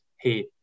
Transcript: hey